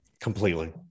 Completely